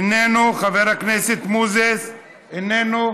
איננו, חבר הכנסת מוזס, איננו,